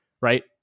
right